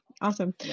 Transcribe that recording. Awesome